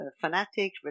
fanatic